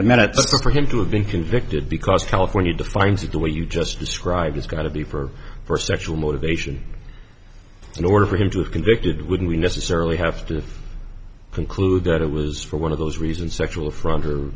minutes for him to have been convicted because california defines you do what you just described is going to be for for sexual motivation in order for him to have convicted wouldn't we necessarily have to conclude that it was for one of those reasons sexual front or